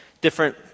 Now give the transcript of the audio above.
different